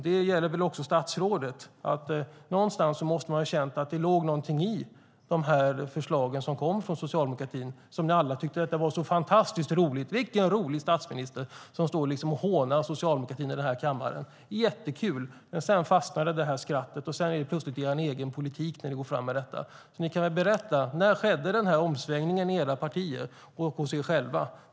Det gäller även statsrådet. Ni måste ha känt att det låg något i de förslag som kom från socialdemokratin trots att ni tidigare tyckte att det var fantastiskt roligt. Vilken rolig statsminister vi har som står och hånar socialdemokratin i kammaren, tänkte ni. Då var det jättekul, men sedan fastnade skrattet. Nu är det er egen politik. När skedde omsvängningen i era partier och hos er själva?